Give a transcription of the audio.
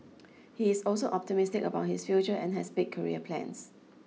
he is also optimistic about his future and has big career plans